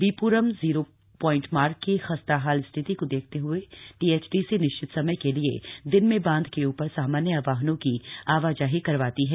B रम zero point मार्ग की खस्ताहाल स्थिति को देखते हुए टीएचडीसी निश्चित समय के लिए दिन में बांध के ऊ र सामान्य वाहनों की आवाजाही करवाती है